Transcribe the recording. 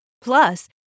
Plus